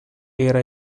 era